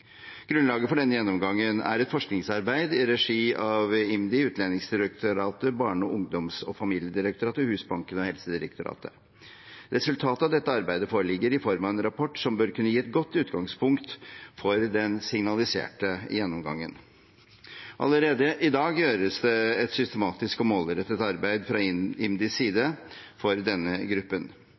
Grunnlaget for denne gjennomgangen er et forskningsarbeid i regi av IMDi, Utlendingsdirektoratet, Barne-, ungdoms- og familiedirektoratet, Husbanken og Helsedirektoratet. Resultatet av dette arbeidet foreligger i form av en rapport som bør kunne gi et godt utgangspunkt for den signaliserte gjennomgangen. Allerede i dag gjøres det et systematisk og målrettet arbeid fra IMDis side for denne gruppen.